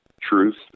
truth